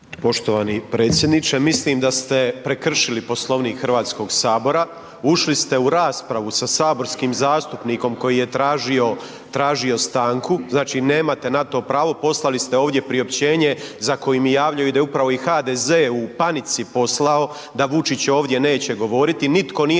Poštovani predsjedniče, mislim da ste prekršili Poslovnik Hrvatskoga sabora, ušli ste u raspravu sa saborskim zastupnikom koji je tražio stanku, znači nemate na to pravo, poslali ste ovdje priopćenje za koju mi javljaju da je upravo i HDZ u panici poslao da Vučić ovdje neće govoriti.